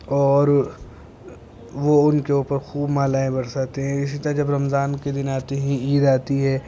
اور وہ ان کے اوپر خوب مالائیں برساتے ہیں اسی طرح جب رمضان کے دن آتے ہیں عید آتی ہے